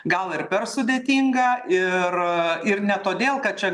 gal ir per sudėtinga ir ir ne todėl kad čia